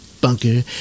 bunker